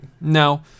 no